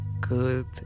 good